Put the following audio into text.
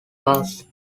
bus